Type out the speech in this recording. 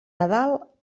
nadal